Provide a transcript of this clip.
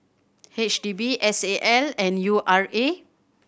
H D B S A L and U R A